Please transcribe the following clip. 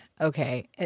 okay